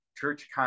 church